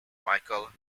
michael